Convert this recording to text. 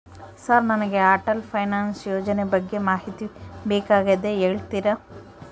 Sir ನನಗೆ Atal pension ಯೋಜನೆ ಬಗ್ಗೆ ಮಾಹಿತಿ ಬೇಕಾಗ್ಯದ ಹೇಳ್ತೇರಾ?